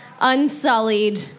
unsullied